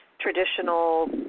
traditional